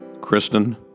Kristen